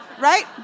right